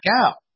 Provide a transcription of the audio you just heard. out